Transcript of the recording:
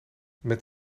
met